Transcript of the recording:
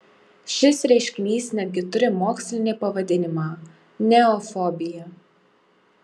šis reiškinys netgi turi mokslinį pavadinimą neofobija